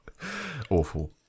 Awful